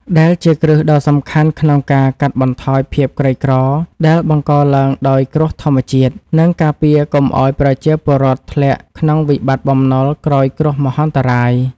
ដែលជាគ្រឹះដ៏សំខាន់ក្នុងការកាត់បន្ថយភាពក្រីក្រដែលបង្កឡើងដោយគ្រោះធម្មជាតិ និងការពារកុំឱ្យប្រជាពលរដ្ឋធ្លាក់ក្នុងវិបត្តិបំណុលក្រោយគ្រោះមហន្តរាយ។